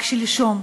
רק שלשום,